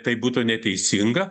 tai būtų neteisinga